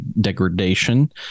degradation